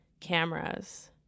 cameras